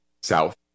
south